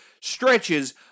stretches